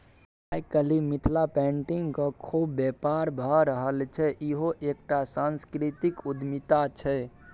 आय काल्हि मिथिला पेटिंगक खुब बेपार भए रहल छै इहो एकटा सांस्कृतिक उद्यमिता छै